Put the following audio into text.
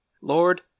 Lord